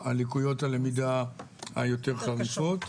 לקויות הלמידה היותר חריפות.